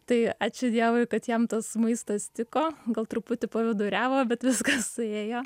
tai ačiū dievui kad jam tas maistas tiko gal truputį paviduriavo bet viskas suėjo